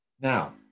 Now